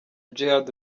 djihad